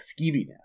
skeeviness